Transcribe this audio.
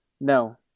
No